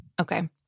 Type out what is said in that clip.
Okay